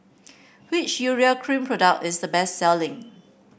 which Urea Cream product is the best selling